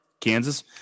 Kansas